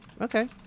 Okay